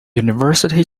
university